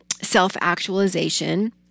self-actualization